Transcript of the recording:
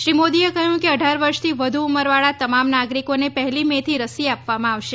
શ્રી મોદીએ કહ્યું કે અઠાર વર્ષથી વધુ ઉમરવાળા તમામ નાગરિકોને પહેલી મે થી રસી આપવામાં આવશે